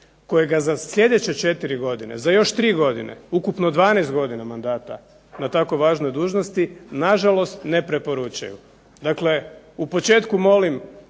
koje ga za sljedeće 4 godine, za još 3 godine, ukupno 12 godina mandata na tako važnoj dužnosti nažalost ne preporučaju. Dakle, u početku molim,